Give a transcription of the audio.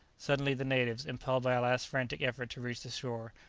suddenly the natives, impelled by a last frantic effort to reach the shore,